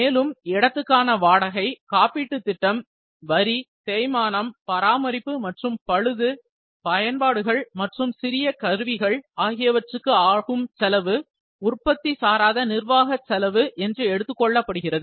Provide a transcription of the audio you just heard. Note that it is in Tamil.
மேலும் இடத்துக்கான வாடகை காப்பீட்டு திட்டம் வரி தேய்மானம் பராமரிப்பு மற்றும் பழுது பயன்பாடுகள் மற்றும் சிறிய கருவிகள் ஆகியவற்றுக்கு ஆகும் செலவு உற்பத்தி சாராத நிர்வாக செலவு என்று எடுத்துக் கொள்ளப்படுகிறது